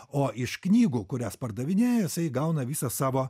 o iš knygų kurias pardavinėja gauna visą savo